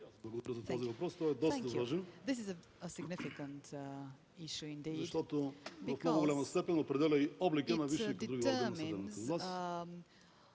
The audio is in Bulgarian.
Благодаря